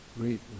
great